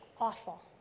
awful